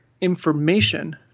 information